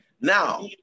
Now